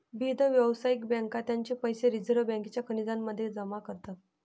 विविध व्यावसायिक बँका त्यांचे पैसे रिझर्व बँकेच्या खजिन्या मध्ये जमा करतात